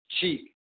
cheap